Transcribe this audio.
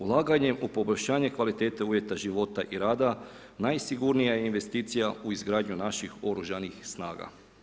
Ulaganje u poboljšanje kvalitete uvjeta života i rada najsigurnija je investicija u izgradnju naših Oružanih snaga.